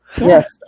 Yes